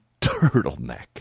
turtleneck